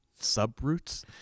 subroots